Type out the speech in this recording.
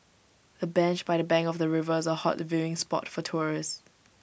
the bench by the bank of the river is A hot viewing spot for tourists